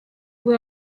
ubwo